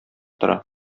тора